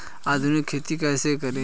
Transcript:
आधुनिक खेती कैसे करें?